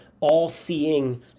all-seeing